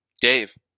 Dave